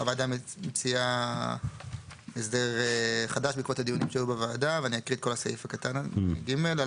הוועדה מציעה פה הסדר חדש: (ג) "על